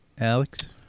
alex